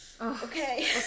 Okay